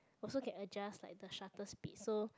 also can adjust like the shutter speed so